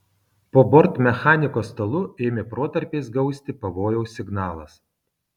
po bortmechaniko stalu ėmė protarpiais gausti pavojaus signalas